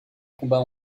combat